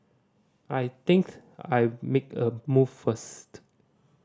I think I'll make a move first